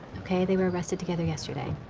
okay? they were arrested together yesterday.